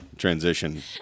transition